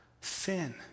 sin